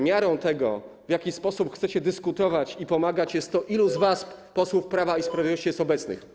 Miarą tego, w jaki sposób chcecie dyskutować i pomagać, jest to, ilu z was, posłów Prawa i Sprawiedliwości, jest obecnych.